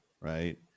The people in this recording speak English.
Right